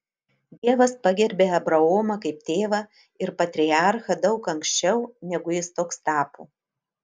dievas pagerbė abraomą kaip tėvą ir patriarchą daug anksčiau negu jis toks tapo